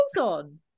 on